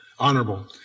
Honorable